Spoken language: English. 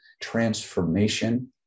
transformation